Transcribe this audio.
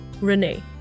Renee